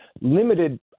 limited